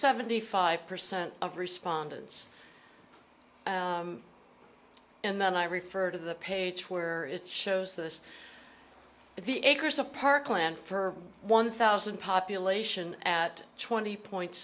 seventy five percent of respondents and i refer to the page where it shows this the acres of parkland for one thousand population at twenty point